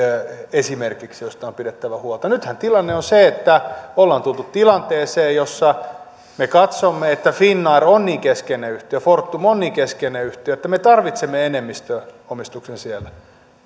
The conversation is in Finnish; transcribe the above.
esimerkiksi josta on pidettävä huolta nythän tilanne on se että ollaan tultu tilanteeseen jossa me katsomme että finnair on niin keskeinen yhtiö fortum on niin keskeinen yhtiö että me tarvitsemme enemmistöomistuksen siellä